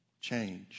change